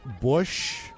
Bush